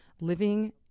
Living